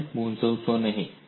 આને મૂંઝવશો નહીં